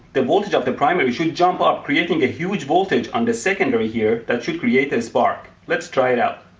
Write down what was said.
the voltage of the primary should jump up, creating a huge voltage on the secondary here, that should create a spark. let's try it out.